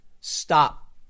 Stop